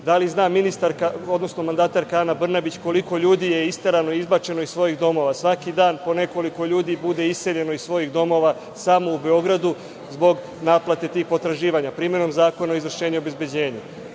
li zna mandatarka Ana Brnabić koliko ljudi je isterano i izbačeno iz svojih domova? Svaki dan po nekoliko ljudi bude iseljeno iz svojih domova samo u Beogradu zbog naplate tih potraživanja primenom Zakona o izvršenju i obezbeđenju.